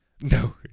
No